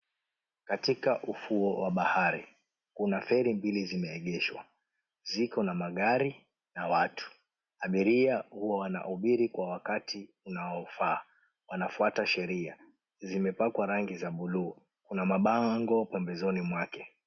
Katika ufuo wa bahari kuna feri mbili zimeegeshwa. Ziko na magari na watu. Abiria huwa wanaabiri kwa wakati unaofaa wanafuata sheria. Zimepakwa rangi za buluu. Kuna mabango pembezoni mwake.